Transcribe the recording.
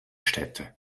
städte